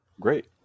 Great